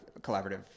collaborative